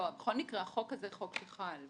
לא, בכל מקרה החוק הזה חוק שחל.